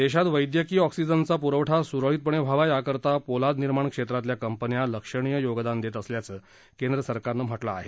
देशात वैद्यकीय ऑक्सीजनचा पूरवठा सुरळीतपणे व्हावा याकरता पोलाद निर्माण क्षेत्रातल्या कंपन्या लक्षणीय योगदान देत असल्याचं सरकारनं म्हटलं आहे